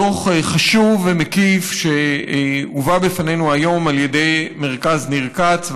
דוח חשוב ומקיף שהובא בפנינו היום על ידי מרכז ניר כץ,